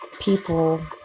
people